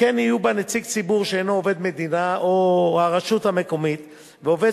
וכן יהיו בה נציג ציבור שאינו עובד המדינה או הרשות המקומית ועובד